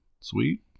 Sweet